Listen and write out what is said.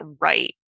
right